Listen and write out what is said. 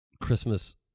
christmas